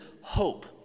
hope